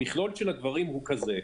המכלול של הדברים הוא כזה,